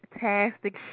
fantastic